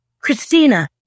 Christina